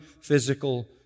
physical